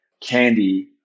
candy